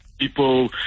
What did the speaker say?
people